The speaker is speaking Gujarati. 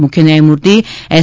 મુખ્ય ન્યાયમૂર્તિ એસ